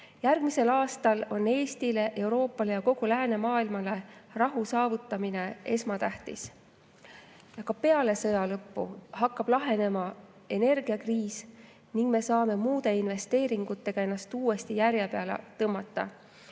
Järgmisel aastal on Eestile, Euroopale ja kogu läänemaailmale rahu saavutamine esmatähtis. Peale sõja lõppu hakkab lahenema energiakriis ning me saame muude investeeringutega ennast uuesti järje peale tõmmata.